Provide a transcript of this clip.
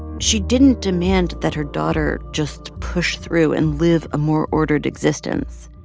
she didn't demand that her daughter just push through and live a more ordered existence.